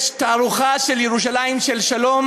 התערוכה "ירושלים של שלום"